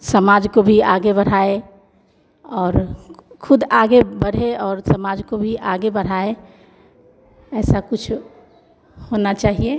समाज को भी आगे बढ़ाए और ख़ुद आगे बढ़े और समाज को भी आगे बढ़े ऐसा कुछ होना चाहिए